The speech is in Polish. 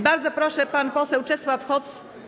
Bardzo proszę, pan poseł Czesław Hoc.